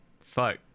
fuck